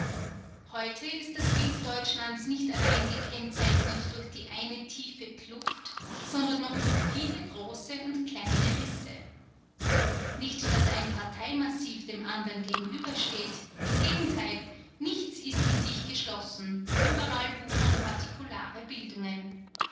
heute ist das bild deutschlands nicht allein gekennzeichnet durch die eine tiefe kluft sondern noch durch viele große und kleine risse nicht daß ein parteimassiv dem andern gegenübersteht im gegenteil nichts ist in sich geschlossen überall wuchern partikulare bildungen